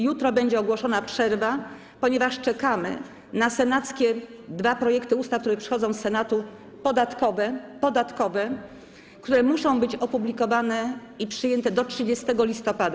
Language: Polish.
Jutro będzie ogłoszona przerwa, ponieważ czekamy na dwa senackie projekty ustaw, które przychodzą z Senatu, projekty podatkowe, które muszą być opublikowane i przyjęte do 30 listopada.